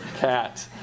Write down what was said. Cat